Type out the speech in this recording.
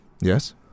Yes